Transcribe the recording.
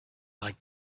like